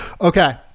Okay